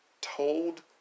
told